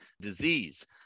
disease